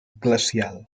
glacial